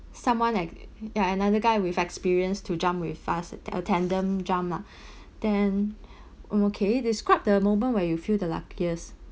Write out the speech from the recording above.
someone like ya another guy with experience to jump with fast attendant jump lah then okay describe the moment where you feel the luckiest